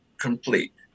complete